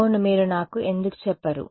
అవును మీరు నాకు ఎందుకు చెప్పరు